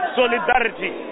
solidarity